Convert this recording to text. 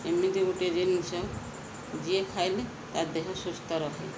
ଏମିତି ଗୋଟିେ ଜିନିଷ ଯିଏ ଖାଇଲେ ତା ଦେହ ସୁସ୍ଥ ରହେ